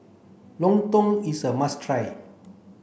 Lontong is a must try